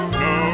no